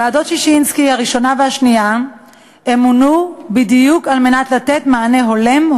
ועדות ששינסקי הראשונה והשנייה מונו בדיוק על מנת לתת מענה הולם,